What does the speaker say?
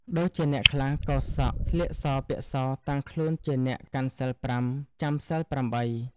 ដូចជាអ្នកខ្លះកោរសក់ ស្លៀកសពាក់ស តាំងខ្លួនជាអ្នកកាន់សីលប្រាំ ចាំសីលប្រាំបី ។